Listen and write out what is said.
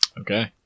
Okay